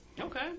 Okay